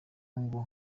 ngo